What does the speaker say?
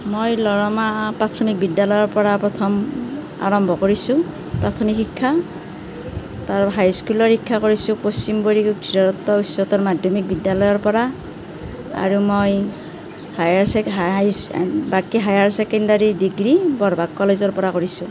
মই প্ৰাথমিক বিদ্যালয়ৰ পৰা প্ৰথম আৰম্ভ কৰিছোঁ প্ৰাথমিক শিক্ষা তাৰপাছত হাইস্কুলৰ শিক্ষা কৰিছোঁ পশ্চিমবড়ি উচ্চ উচ্চতৰ মাধ্যমিক বিদ্যালয়ৰ পৰা আৰু মই হায়াৰ বাকী হায়াৰ ছেকেণ্ডাৰী ডিগ্ৰী বৰভাগ কলেজৰ পৰা কৰিছোঁ